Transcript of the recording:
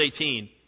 18